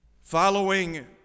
following